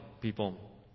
people